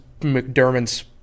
McDermott's